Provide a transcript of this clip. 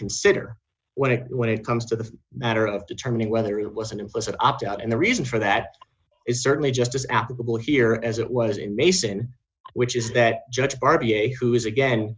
consider when it when it comes to the matter of determining whether it was an implicit opt out and the reason for that is certainly just as applicable here as it was in mason which is that judge r b a who is again